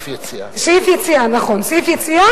וכן 20 מיליון ש"ח נוספים לתגבור פעילות גופי חירום שונים.